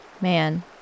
Man